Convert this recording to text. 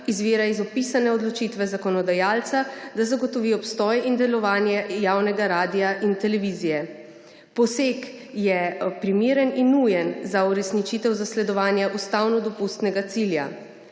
izvira iz opisane odločitve zakonodajalca, da zagotovi obstoj in delovanje javnega radia in televizije. Poseg je primeren in nujen za uresničitev zasledovanja ustavno dopustnega cilja.